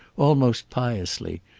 almost piously,